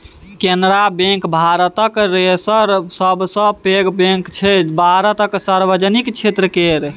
Canara bank भारतक तेसर सबसँ पैघ बैंक छै भारतक सार्वजनिक क्षेत्र केर